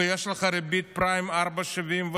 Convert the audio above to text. ויש לך ריבית פריים של 4.75%,